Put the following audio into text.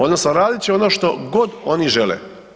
Odnosno radit će ono što god oni žele.